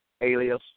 alias